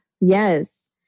Yes